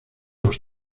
los